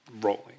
rolling